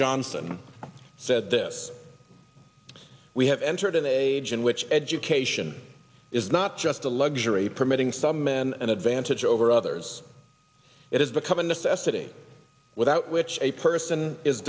johnson said this we have entered in a gym which education is not just a luxury permitting some men an advantage over others it has become a necessity without which a person is